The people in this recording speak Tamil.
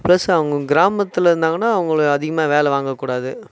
ப்ளஸ்சு அவங்க கிராமத்தில் இருந்தாங்கனால் அங்கள அதிகமாக வேலை வாங்கக் கூடாது